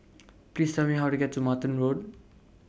Please Tell Me How to get to Martin Road